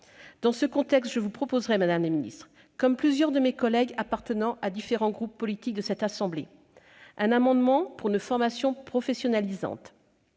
Dans ce contexte, je vous proposerai, madame la ministre, comme plusieurs de mes collègues appartenant à différents groupes politiques de cette assemblée, un amendement visant à instaurer une formation professionnalisante